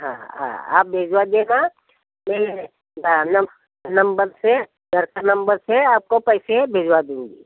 हाँ आ आप भिजवा देना मैं हाँ नम नंबर से घर के नंबर से आपको पैसे भिजवा दूँगी